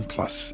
Plus